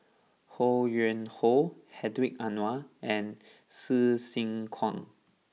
Ho Yuen Hoe Hedwig Anuar and Hsu Tse Kwang